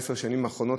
בעשר השנים האחרונות,